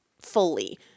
fully